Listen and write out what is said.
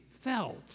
felt